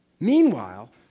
Meanwhile